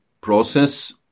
process